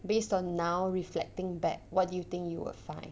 based on now reflecting back what do you think you would find